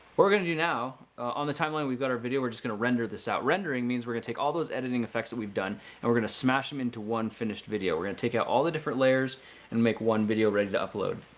we're going to do now on the timeline, we've got our video. we're just going to render this out. rendering means we're going to take all those editing effects that we've done and we're going to smash them into one finished video. we're going to take out all the different layers and make one video ready to upload.